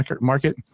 market